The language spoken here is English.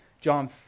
John